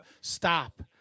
stop